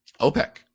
OPEC